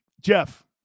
Jeff